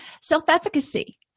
Self-efficacy